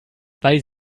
weil